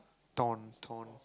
thorn thorn